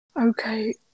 Okay